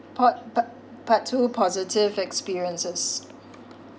part part part two positive experiences